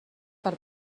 per